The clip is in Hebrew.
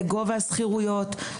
לגובה שכירויות,